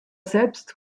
selbst